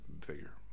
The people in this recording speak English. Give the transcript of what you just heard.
figure